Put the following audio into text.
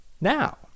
now